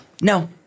No